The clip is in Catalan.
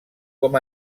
com